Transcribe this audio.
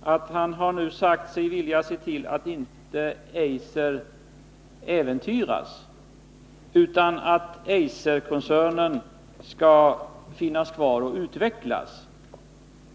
att han nu sagt sig vilja se till att inte Eiser äventyras utan att Eiserkoncernen skall finnas kvar och utvecklas.